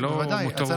זה לא מותרות.